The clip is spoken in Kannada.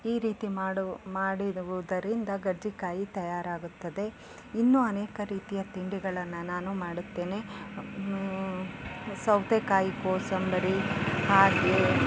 ಈ ರೀತಿ ಮಾಡು ಮಾಡಿಡುವುದರಿಂದ ಕರ್ಜಿ ಕಾಯಿ ತಯಾರಾಗುತ್ತದೆ ಇನ್ನು ಅನೇಕ ರೀತಿಯ ತಿಂಡಿಗಳನ್ನು ನಾನು ಮಾಡುತ್ತೇನೆ ಸೌತೆಕಾಯಿ ಕೋಸಂಬರಿ ಹಾಗೇ